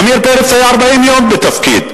עמיר פרץ היה 40 יום בתפקיד.